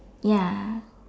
ya